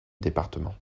département